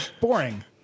boring